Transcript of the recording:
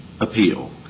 appeal